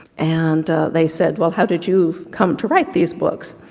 and they said, well how did you come to write these books,